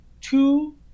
two